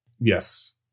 Yes